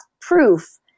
proof